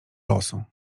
losu